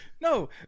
No